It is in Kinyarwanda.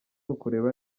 ukureba